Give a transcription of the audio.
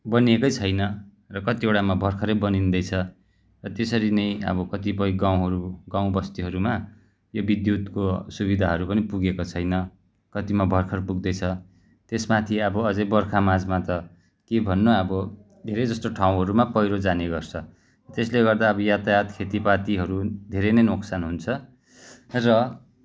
बनिएकै छैन र कतिवटामा भर्खरै बनिँदैछ त्यसरी नै अब कतिपय गाउँहरू गाउँ बस्तीहरूमा यो विद्युतको सुविधाहरू पनि पुगेको छैन कतिमा भर्खर पुग्दैछ त्यसमाथि अब अझै बर्खामासमा त के भन्नु अब धेरै जस्तो ठाउँहरूमा पैह्रो जाने गर्छ त्यसले गर्दा अब यातायात खेतीपातीहरू धेरै नै नोक्सान हुन्छ र